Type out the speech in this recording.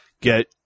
get